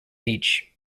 each